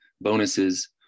bonuses